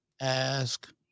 Ask